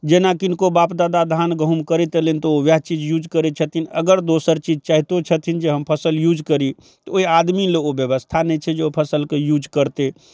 जेना किनको बाप ददा धान गहुम करैत अयलनि तऽ ओ ओएह चीज यूज करै छथिन अगर दोसर चीज चाहितो छथिन जे हम फसल यूज करी तऽ ओइ आदमी लए ओ व्यवस्था नहि छै जे ओ फसलके यूज करतै